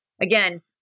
Again